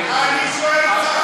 אותך,